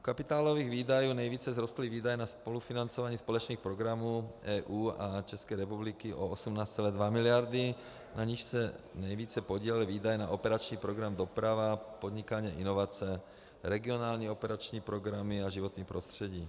U kapitálových výdajů nejvíce vzrostly výdaje na spolufinancování společných programů EU a České republiky o 18,2 mld., na nichž se nejvíce podílely výdaje na operační programy Doprava, Podnikání a inovace, regionální operační programy a program Životní prostředí.